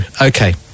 Okay